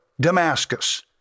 Damascus